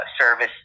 service